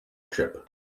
chip